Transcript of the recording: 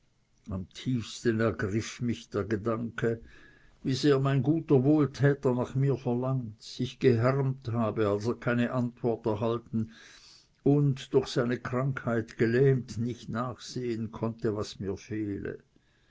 am tiefsten ergriff mich der gedanke wie sehr mein guter wohltäter nach mir verlangt sich gehärmt habe als er keine antwort erhalten und durch seine krankheit gelähmt nicht nachsehen konnte was mir fehle